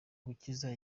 gukiza